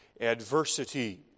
adversity